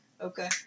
Okay